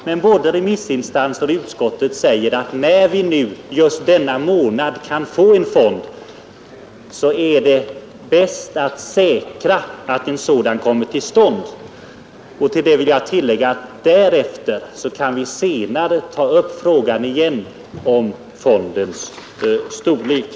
Men både remissinstanser och utskott säger att när vi just denna månad över huvud taget har möjlighet att få beslut om en internationell fond är det bäst att säkra att en sådan kommer till stånd. Till det vill jag bara tillägga att därefter kan vi senare ta upp frågan igen om fondens storlek.